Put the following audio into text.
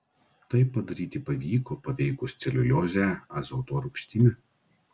tai padaryti pavyko paveikus celiuliozę azoto rūgštimi